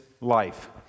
life